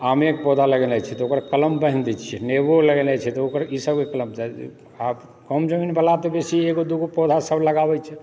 आमेके पौधा लगेनाइ छै तऽ ओकर कलम बान्हि देइ छी नेबो लगेनाइ छै तऽ ओकर इसभके कलम आब कम जमीन वाला तऽ बेसी एगो दुगो पौधासभ लगाबै छै